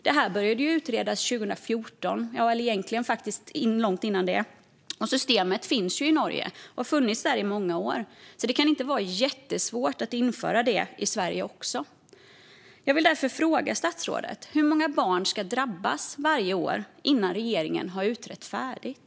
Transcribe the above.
Detta började utredas 2014, ja, egentligen långt innan dess. Och systemet finns ju i Norge och har funnits där i många år, så det kan inte vara jättesvårt att införa det i Sverige också. Jag vill därför fråga statsrådet: Hur många barn ska drabbas varje år innan regeringen har utrett färdigt?